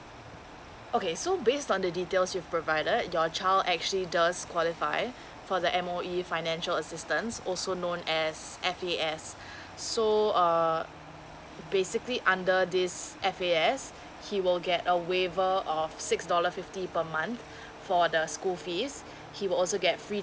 okay so based on the details you provided your child actually does qualify for the M_O_E financial assistance also known as F_A_S so uh basically under this F_A_S he will get a waiver of six dollar fifty per month for the school fees he will also get free